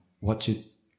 watches